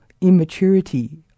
immaturity